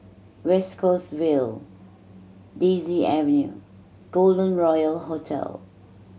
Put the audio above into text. West Coast Vale Daisy Avenue Golden Royal Hotel